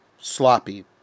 sloppy